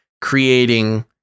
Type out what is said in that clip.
creating